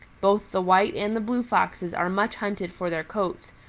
both the white and the blue foxes are much hunted for their coats,